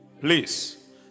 Please